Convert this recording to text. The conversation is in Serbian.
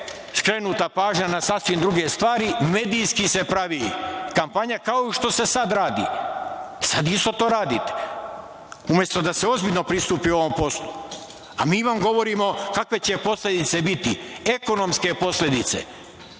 skrenuta pažnja na sasvim druge stvari, medijski se pravi kampanja, kao što se sada radi. Sada to isto radite. Umesto da se ozbiljno pristupi ovom poslu, a mi vam govorimo kakve će posledice biti, ekonomske posledice,